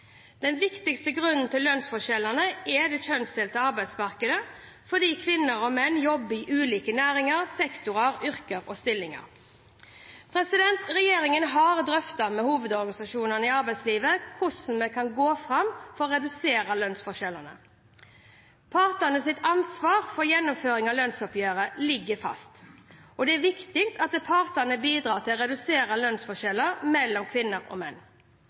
Den viktigste grunnen til lønnsforskjellene er det kjønnsdelte arbeidsmarkedet, fordi kvinner og menn jobber i ulike næringer, sektorer, yrker og stillinger. Regjeringen har drøftet med hovedorganisasjonene i arbeidslivet hvordan vi kan gå fram for å redusere lønnsforskjellene: Partenes ansvar for gjennomføringen av lønnsoppgjørene ligger fast, og det er viktig at partene bidrar til å redusere lønnsforskjeller mellom kvinner og menn.